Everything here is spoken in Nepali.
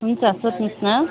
हुन्छ सोध्नुहोस् न